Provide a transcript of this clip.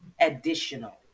additional